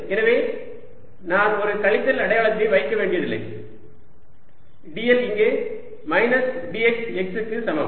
எனவே நான் ஒரு கழித்தல் அடையாளத்தை வைக்க வேண்டியதில்லை dl இங்கே மைனஸ் dx x க்கு சமம்